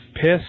piss